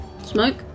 Smoke